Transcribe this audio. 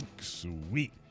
Sweet